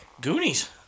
Goonies